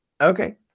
Okay